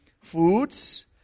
foods